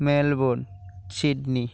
Melbourne Sydney